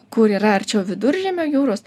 kur yra arčiau viduržemio jūros